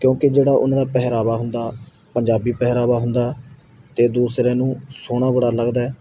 ਕਿਉਂਕਿ ਜਿਹੜਾ ਉਹਨਾਂ ਦਾ ਪਹਿਰਾਵਾ ਹੁੰਦਾ ਪੰਜਾਬੀ ਪਹਿਰਾਵਾ ਹੁੰਦਾ ਅਤੇ ਦੂਸਰਿਆਂ ਨੂੰ ਸੋਹਣਾ ਬੜਾ ਲੱਗਦਾ